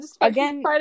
again